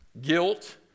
guilt